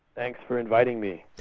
thanks for inviting me.